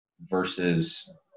versus